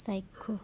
চাক্ষুষ